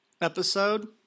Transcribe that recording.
episode